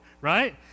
Right